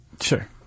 Sure